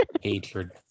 Hatred